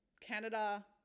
Canada